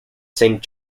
saint